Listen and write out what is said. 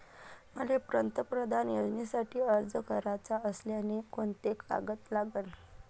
मले पंतप्रधान योजनेसाठी अर्ज कराचा असल्याने कोंते कागद लागन?